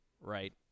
right